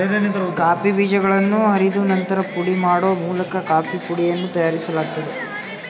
coffee ಬೀಜಗಳನ್ನು ಹುರಿದು ನಂತರ ಪುಡಿ ಮಾಡೋ ಮೂಲಕ ಕಾಫೀ ಪುಡಿಯನ್ನು ತಯಾರಿಸಲಾಗ್ತದೆ